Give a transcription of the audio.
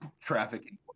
trafficking